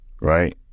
Right